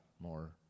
more